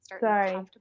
Sorry